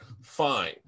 fine